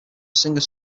singer